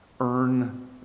earn